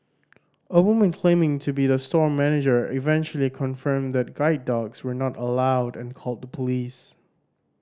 a woman claiming to be the store manager eventually confirmed that guide dogs were not allowed and called the police